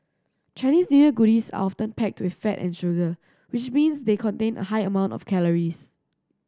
Chinese New Year goodies are often packed with fat and sugar which means they contain a high amount of calories